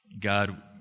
God